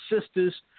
sisters